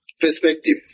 perspective